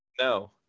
No